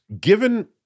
given